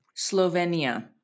Slovenia